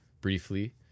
briefly